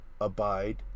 abide